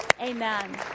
amen